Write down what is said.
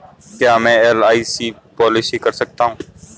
क्या मैं LIC policy कर सकता हूं?